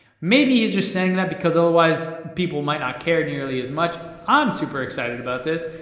maybe he's just saying that because otherwise, people might not care nearly as much. i'm super excited about this,